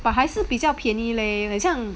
but 还是比较便宜 leh 很像